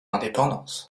indépendance